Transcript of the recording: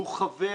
הוא חבר